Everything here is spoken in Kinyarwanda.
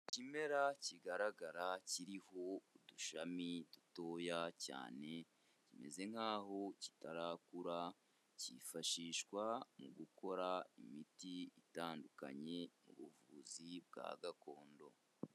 Ikimera kigaragara kiriho udushami dutoya cyane kimeze nk'aho kitarakura, cyifashishwa mu gukora imiti itandukanye mu buvuzi bwa gakondo.